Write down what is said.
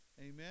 Amen